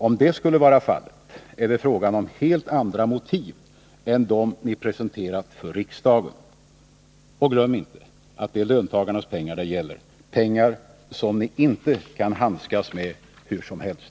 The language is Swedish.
Om det skulle vara fallet, är det fråga om helt andra motiv än dem ni presenterat för riksdagen. Och glöm inte att det är löntagarnas pengar det gäller — pengar som ni inte kan handskas med hur som helst.